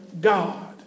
God